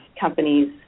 companies